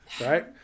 right